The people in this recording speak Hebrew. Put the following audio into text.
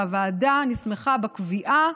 והוועדה נסמכה בקביעה